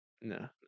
no